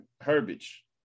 herbage